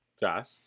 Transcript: Josh